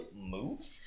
Move